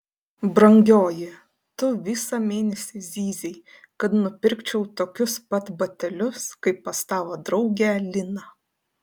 brangioji tu visą mėnesį zyzei kad nupirkčiau tokius pat batelius kaip pas tavo draugę liną